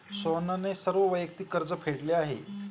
सोहनने सर्व वैयक्तिक कर्ज फेडले आहे